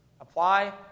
apply